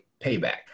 payback